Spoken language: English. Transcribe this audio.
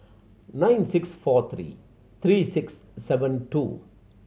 nine six four three three six seven two